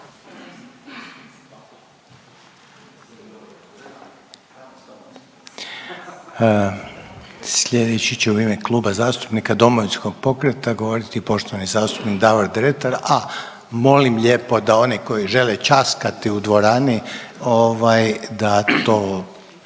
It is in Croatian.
Sljedeći će u ime Kluba zastupnika Domovinskog pokreta govoriti poštovani zastupnik Davor Dretar, a molim lijepo da oni koji žele ćaskati u dvorani da to